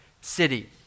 city